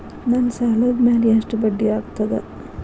ನನ್ನ ಸಾಲದ್ ಮ್ಯಾಲೆ ಎಷ್ಟ ಬಡ್ಡಿ ಆಗ್ತದ?